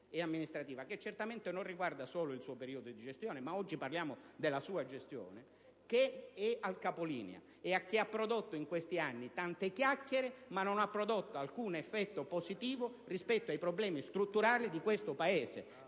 e amministrativa, che certamente non riguarda solo il suo periodo di gestione (ma noi oggi di quello parliamo), che è al capolinea e che ha prodotto in questi anni tante chiacchiere, ma non ha prodotto alcun effetto positivo rispetto ai problemi strutturali di questo Paese.